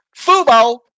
FUBO